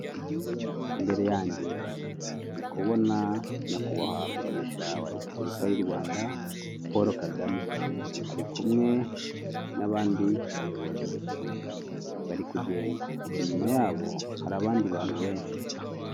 Imbere yange ndi kubona Nyakubahwa perezida wa Repubulika y'u Rwanda, Polo Kagame, ari kumwe n'abandi bayobozi bari kugenda. Inyuma yabo hari abandi bantu benshi.